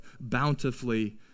bountifully